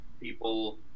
people